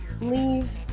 Leave